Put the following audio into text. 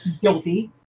guilty